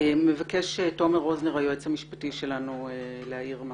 מבקש היועץ המשפטי שלנו להעיר.